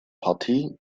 partie